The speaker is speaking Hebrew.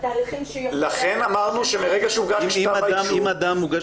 לכן אמרנו שמרגע שהוגש כתב האישום --- אם הוגש